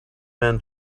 man